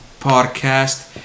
podcast